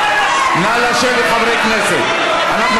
חברי הכנסת, נא לשבת.